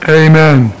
amen